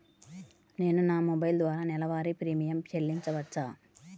నేను నా మొబైల్ ద్వారా నెలవారీ ప్రీమియం చెల్లించవచ్చా?